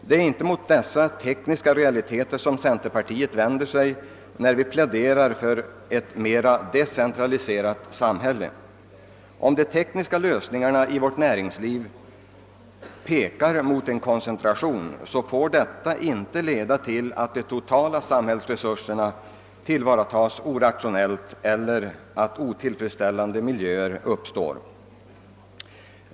Det är inte mot dessa tekniska realiteter som centerpartiet vänder sig när det pläderar för ett mera decentraliserat samhälle. Om de tekniska lösningarna i vårt näringsliv pekar mot en koncentration, får detta inte leda till att de totala samhällsresurserna tillvaratas orationellt eller till att otillfredsställande miljöer uppstår.